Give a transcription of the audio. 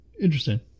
Interesting